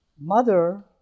mother